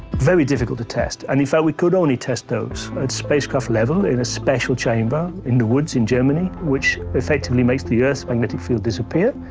very difficult to test. and we felt we could only test those at spacecraft-level in a special chamber in the woods in germany, which effectively makes the earth's magnetic field disappear.